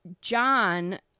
John